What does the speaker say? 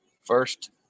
First